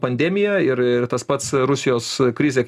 pandemiją ir ir tas pats rusijos krizė